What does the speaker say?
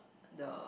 the